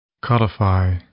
Codify